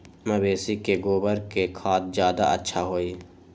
मवेसी के गोबर के खाद ज्यादा अच्छा होई?